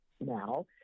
now